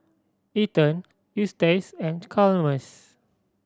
Ethen Eustace and Chalmers